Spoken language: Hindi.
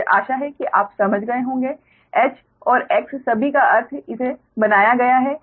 मुझे आशा है कि आप समझ गए होंगे H और X सभी का अर्थ इसे बनाया गया है